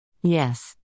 Yes